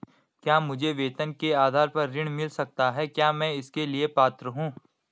क्या मुझे वेतन के आधार पर ऋण मिल सकता है क्या मैं इसके लिए पात्र हूँ?